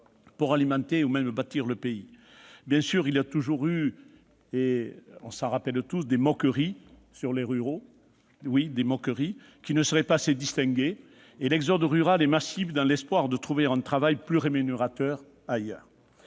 pour alimenter et bâtir le pays. Bien sûr, il y a toujours eu des moqueries- nous nous les rappelons tous -sur les ruraux, qui ne seraient pas assez distingués, et l'exode rural est massif dans l'espoir de trouver un travail plus rémunérateur ailleurs.